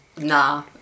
Nah